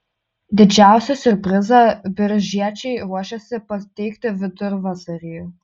didžiausią siurprizą biržiečiai ruošiasi pateikti vidurvasarį